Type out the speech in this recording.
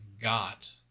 got